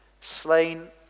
Slain